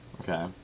Okay